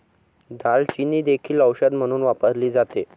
दालचिनी देखील औषध म्हणून वापरली जाते